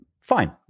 fine